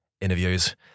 interviews